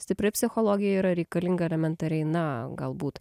stipri psichologija yra reikalinga elementariai na galbūt